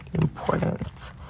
important